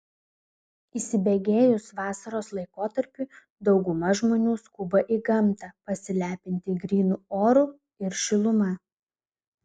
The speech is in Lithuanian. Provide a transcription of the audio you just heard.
įsibėgėjus vasaros laikotarpiui dauguma žmonių skuba į gamtą pasilepinti grynu oru ir šiluma